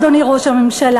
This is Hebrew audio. אדוני ראש הממשלה.